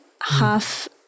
half